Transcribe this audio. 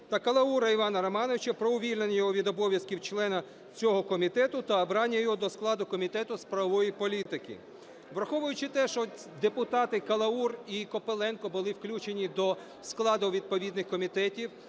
та Калаура Івана Романовича - про увільнення його від обов'язків члена цього комітету та обрання його до складу Комітету з правової політики. Враховуючи те, що депутати Калаур і Копиленко були включені до складу відповідних комітетів